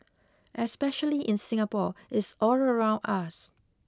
especially in Singapore it's all around us